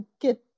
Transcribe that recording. get